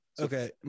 Okay